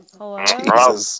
Hello